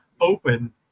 Open